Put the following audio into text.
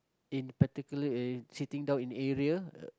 in particular in sitting down in area